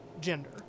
gender